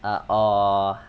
uh or